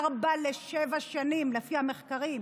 ארבע עד שבע שנים לפי המחקרים.